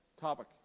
topic